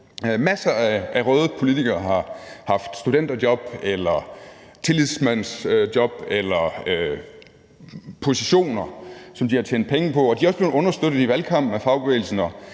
Masser af røde politikere har haft studenterjob, tillidsmandsjob eller positioner der, som de har tjent penge på, og de er også blevet understøttet i valgkampen af fagbevægelsen.